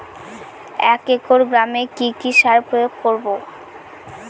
এক একর গমে কি কী সার প্রয়োগ করব?